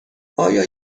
آیا